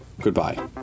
goodbye